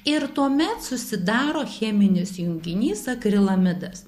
ir tuomet susidaro cheminis junginys akrilamidas